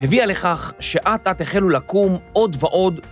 הביאה לכך שאט-אט החלו לקום עוד ועוד